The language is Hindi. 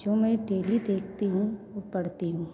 जो मैं डेली देखती हूँ और पढ़ती हूँ